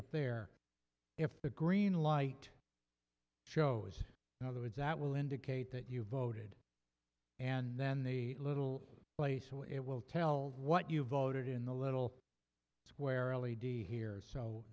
up there if the green light shows in other words that will indicate that you voted and then the little play so it will tell what you voted in the little square l e d here so